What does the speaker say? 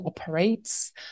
operates